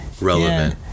relevant